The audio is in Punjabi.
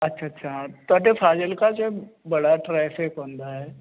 ਅੱਛਾ ਅੱਛਾ ਤੁਹਾਡੇ ਫਾਜ਼ਿਲਕਾ ਚ ਬੜਾ ਟਰੈਫਿਕ ਹੁੰਦਾ ਹੈ